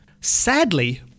Sadly